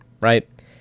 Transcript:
right